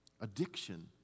addiction